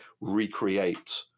recreate